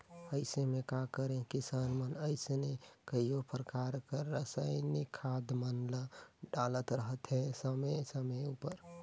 अइसे में का करें किसान मन अइसने कइयो परकार कर रसइनिक खाद मन ल डालत रहथें समे समे उपर